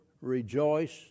Rejoice